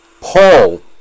Paul